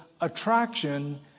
attraction